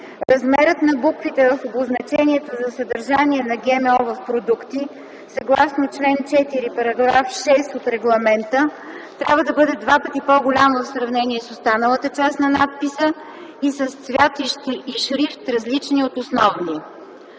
Размерът на буквите в обозначението за съдържание на ГМО в продукти, съгласно чл. 4, параграф 6 от Регламента, трябва да бъде два пъти по-голям в сравнение с останалата част на надписа и с цвят и шрифт, различен от основния”.